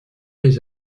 les